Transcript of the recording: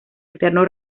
eterno